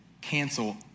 cancel